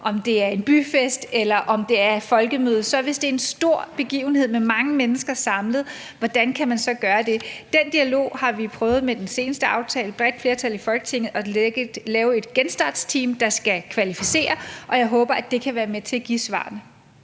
om det er forskellige begivenheder – hvordan man, hvis det er en stor begivenhed med mange mennesker samlet, kan gøre det. Den dialog har vi i den seneste aftale prøvet at tage med et bredt flertal i Folketinget om at lave et genstartsteam, der skal kvalificere, og jeg håber, at det kan være med til at give svarene.